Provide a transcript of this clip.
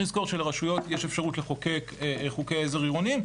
לזכור שלרשויות יש אפשרות לחוקק חוקי עזר עירוניים,